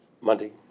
Monday